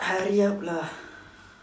hurry up lah